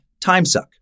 timesuck